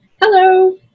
Hello